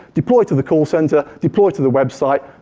deploy it to the call center, deploy it to the website,